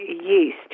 yeast